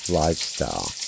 lifestyle